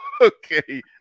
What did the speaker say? Okay